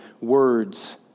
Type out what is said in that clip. words